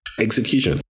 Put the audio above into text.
Execution